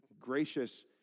gracious